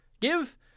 Give